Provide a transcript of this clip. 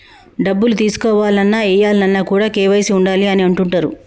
డబ్బులు తీసుకోవాలన్న, ఏయాలన్న కూడా కేవైసీ ఉండాలి అని అంటుంటరు